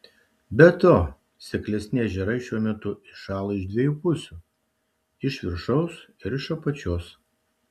be to seklesni ežerai šiuo metu įšąla iš dviejų pusių iš viršaus ir iš apačios